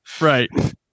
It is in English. Right